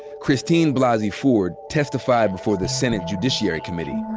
christine blasey ford testified before the senate judiciary committee,